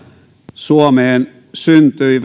suomeen syntyi